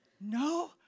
No